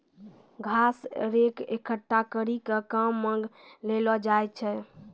घास रेक एकठ्ठा करी के काम मे लैलो जाय छै